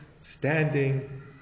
standing